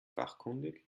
fachkundig